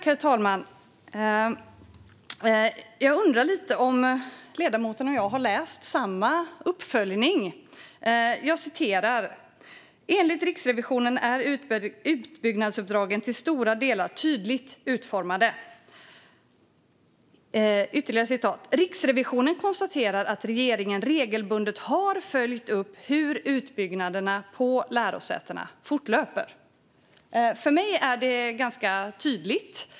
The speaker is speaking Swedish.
Herr talman! Jag undrar lite om ledamoten och jag har läst samma uppföljning. Jag citerar: "Enligt Riksrevisionen är utbyggnadsuppdragen till stora delar tydligt utformade." Ytterligare citat: "Riksrevisionen konstaterar att regeringen regelbundet har följt upp hur utbyggnaderna på lärosätena fortlöper." För mig är det ganska tydligt.